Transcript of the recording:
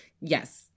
Yes